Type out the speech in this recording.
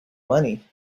money